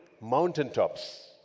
mountaintops